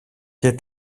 και